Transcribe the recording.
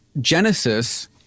Genesis